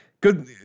Good